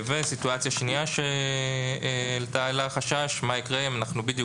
סיטואציה שנייה שהעלתה חשש היא מה יקרה אם אנחנו בדיוק